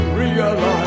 realize